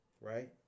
right